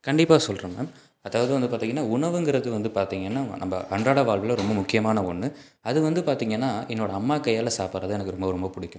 கண்டிப்பாக சொல்கிறேன் மேம் அதாவது வந்து பார்த்திங்கன்னா உணவுங்கிறது வந்து பார்த்திங்கன்னா நம்ம அன்றாடய வாழ்வில் ரொம்ப முக்கியமான ஒன்று அது வந்து பார்த்திங்கன்னா என்னோடய அம்மா கையால் சாப்பிட்றது தான் எனக்கு ரொம்ப ரொம்ப பிடிக்கும்